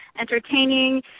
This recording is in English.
entertaining